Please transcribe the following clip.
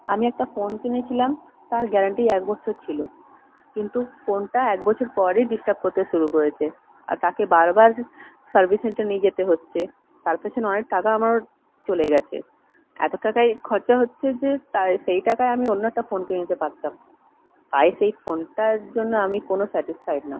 আমি একটা ফোন কিনেছিলাম তার গ্যারান্টি এক বছর ছিল কিন্তু ফোনটা এক বছর পরে ডিস্টার্ব করতে শুরু করেছে আর তাকে বারবার সার্ভিস সেন্টার নিয়ে যেতে হচ্ছে তার পিছনে অনেক টাকা আমার চলে গিয়েছে এত টাকাই খরচা হচ্ছে যে তাই সেই টাকায় আমি অন্য একটা ফোন কিনে নিতে পারতাম তাই সেই ফোনটার জন্য আমি কোনো স্যাটিসফায়েড না